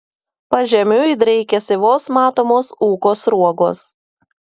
pažemiui draikėsi vos matomos ūko sruogos